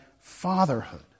fatherhood